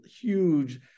huge